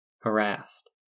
harassed